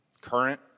current